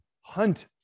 hunt